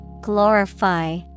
Glorify